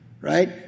right